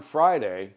Friday